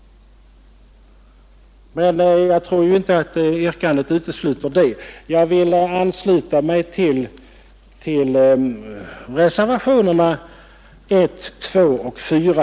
Men jag tror inte att yrkandet i den motion som är väckt från mittenpartierna utesluter detta. Jag vill, herr talman, ansluta mig till reservationerna 1, 2 och 4.